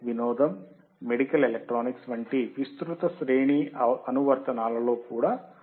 వినోదం medical electronics వంటి విస్తృత శ్రేణి అనువర్తనాల్లో కూడా ఉపయోగిస్తున్నారు